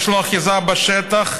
יש לו אחיזה בשטח,